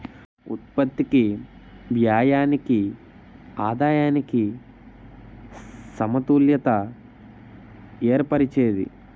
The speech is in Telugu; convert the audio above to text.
ఉత్పత్తికి వ్యయానికి ఆదాయానికి సమతుల్యత ఏర్పరిచేది